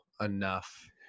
enough